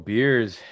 Beers